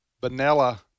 vanilla